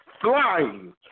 flying